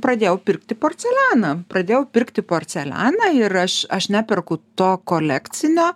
pradėjau pirkti porcelianą pradėjau pirkti porcelianą ir aš aš neperku to kolekcinio